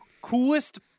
coolest